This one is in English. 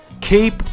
keep